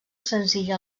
senzill